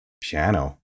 piano